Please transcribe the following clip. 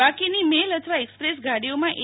બાકીની મેલ અથવા એકસપ્રેસ ગાડીઓમાં એ